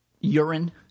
urine